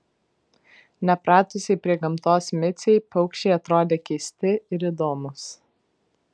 nepratusiai prie gamtos micei paukščiai atrodė keisti ir įdomūs